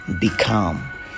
become